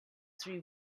three